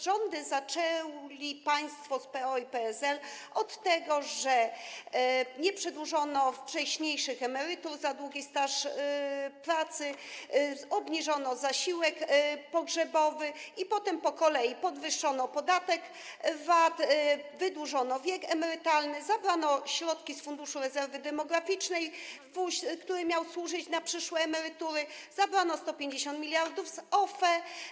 Rządy zaczęli państwo z PO i PSL od tego, że nie przedłużono wcześniejszych emerytur za długi staż pracy, obniżono zasiłek pogrzebowy i potem po kolei podwyższono podatek VAT, wydłużono wiek emerytalny, zabrano środki z Funduszu Rezerwy Demograficznej, który miał służyć na przyszłe emerytury, zabrano 150 mld z OFE.